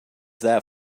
that